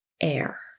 air